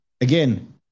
again